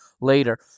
later